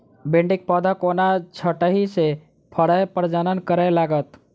भिंडीक पौधा कोना छोटहि सँ फरय प्रजनन करै लागत?